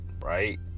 right